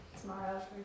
tomorrow